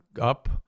up